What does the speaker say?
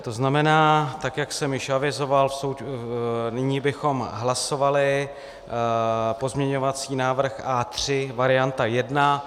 To znamená, jak jsem již avizoval, nyní bychom hlasovali pozměňovací návrh A3, varianta 1.